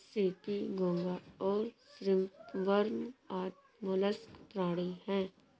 CP, घोंगा और shrimp worm आदि मौलास्क प्राणी हैं